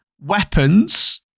weapons